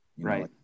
Right